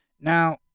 Now